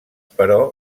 però